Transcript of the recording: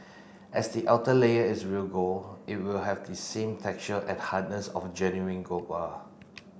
as the outer layer is real gold it will have the same texture and hardness of genuine gold bar